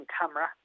camera